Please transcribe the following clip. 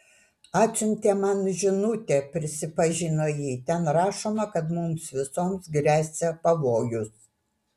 atsiuntė man žinutę prisipažino ji ten rašoma kad mums visoms gresia pavojus